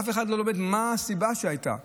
ואף אחד לא לומד מה הסיבה שהייתה לה,